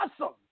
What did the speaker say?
awesome